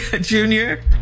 Junior